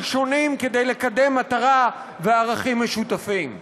שונים כדי לקדם מטרה וערכים משותפים.